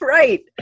Right